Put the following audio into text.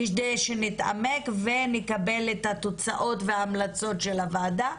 נתעמק ונקבל את התוצאות וההמלצות של הוועדה.